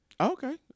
Okay